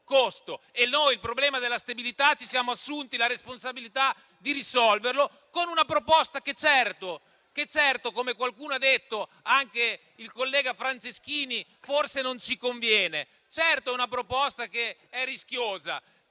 ha un costo e noi ci siamo assunti la responsabilità di risolverlo con una proposta che certo, come qualcuno ha detto (anche il collega Franceschini) forse non ci conviene. Certo, è una proposta rischiosa,